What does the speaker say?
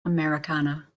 americana